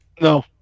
No